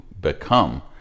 become